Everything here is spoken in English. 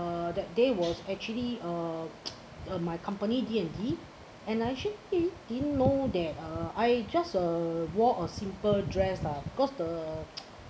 uh that day was actually uh uh my company D and D and I should be didn't know that uh I just uh wore a simple dress lah cause the